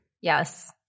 yes